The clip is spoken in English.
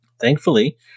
Thankfully